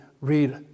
read